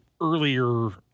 earlier